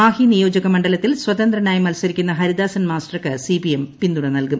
മാഹി നിയോജകമണ്ഡലത്തിൽ സ്വതന്ത്രനായി മത്സരിക്കുന്ന ഹരിദാസൻ മാസ്റ്റർക്ക് സിപിഎം പിന്തുണ നൽകും